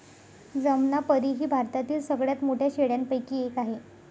जमनापरी ही भारतातील सगळ्यात मोठ्या शेळ्यांपैकी एक आहे